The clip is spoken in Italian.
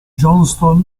johnston